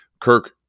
Kirk